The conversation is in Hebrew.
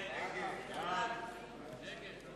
קבוצת סיעת האיחוד